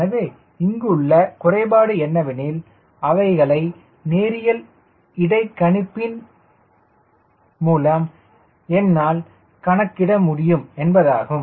எனவே இங்கு உள்ள குறைபாடு என்னவெனில் அவைகளை நேரியல் இடைகணிப்பின் மூலம் நான் கணக்கிட வேண்டும் என்பதாகும்